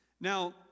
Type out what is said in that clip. Now